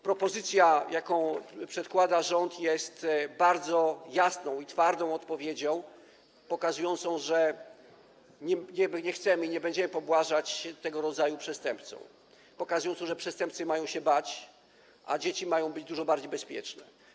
Propozycja, jaką przedkłada rząd, jest bardzo jasną i twardą odpowiedzią, pokazującą, że nie chcemy i nie będziemy pobłażać tego rodzaju przestępcom, pokazującą, że przestępcy mają się bać, a dzieci mają być dużo bardziej bezpieczne.